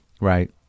Right